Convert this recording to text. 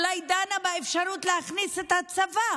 אולי ידונו באפשרות של להכניס את הצבא